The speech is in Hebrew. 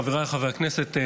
חבריי חברי הכנסת,